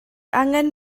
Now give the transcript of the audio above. angen